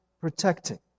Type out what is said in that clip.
protecting